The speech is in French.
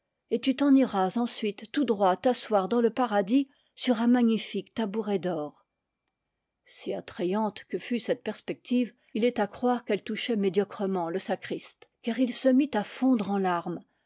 et tu t'en iras ensuite tout droit t'as seoir dans le paradis sur un magnifique tabouret d or i i attrayante que fût cette perspective il est à croire qu'elle touchait médiocrement le sacriste car il se mit à fondre en larmes